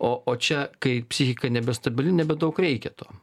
o o čia kai psichika nebestabili nebedaug reikia to